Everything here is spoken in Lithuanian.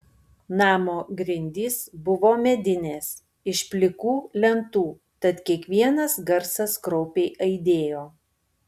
namo grindys buvo medinės iš plikų lentų tad kiekvienas garsas kraupiai aidėjo